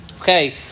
Okay